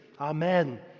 Amen